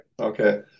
Okay